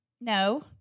No